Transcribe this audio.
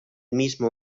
mismo